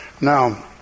Now